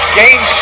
game